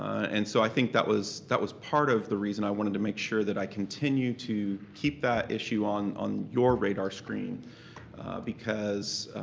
and so i think that was that was part of the reason i wanted to make sure that i continue to keep that issue on on your radar screen because,